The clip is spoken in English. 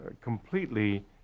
completely